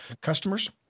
customers